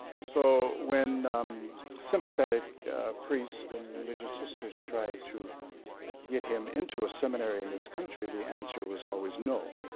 so, when sympathetic prees and religious sisters tried to get him into a seminary in this country, the answer was always no.